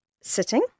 sitting